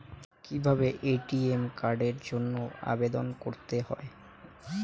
কিভাবে এ.টি.এম কার্ডের জন্য আবেদন করতে হয়?